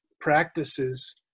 practices